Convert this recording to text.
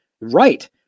Right